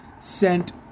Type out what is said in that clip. sent